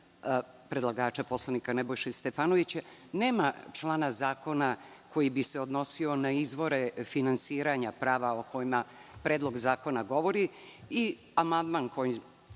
predlagača poslanika Nebojše Stefanovića nema člana zakona koji bi se odnosio na izvore finansiranja prava o kojima Predlog zakona govori. Amandman kojim